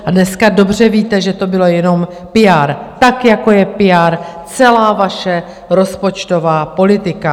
A dneska dobře víte, že to bylo jenom PR, tak, jako je PR celá vaše rozpočtová politika.